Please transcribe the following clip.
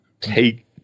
take